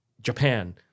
Japan